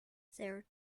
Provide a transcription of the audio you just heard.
sarah